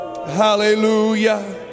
Hallelujah